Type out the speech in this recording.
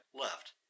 left